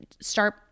start